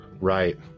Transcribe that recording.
Right